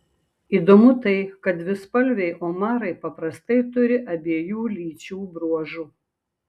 įdomu tai kad dvispalviai omarai paprastai turi abiejų lyčių bruožų